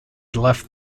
left